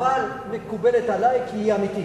אבל מקובלת עלי, כי היא אמיתית.